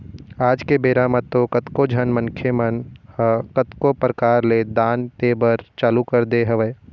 आज के बेरा म तो कतको झन मनखे मन ह कतको परकार ले दान दे बर चालू कर दे हवय